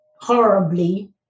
horribly